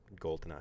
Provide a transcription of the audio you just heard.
Goldeneye